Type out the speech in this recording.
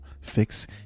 fix